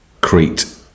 Crete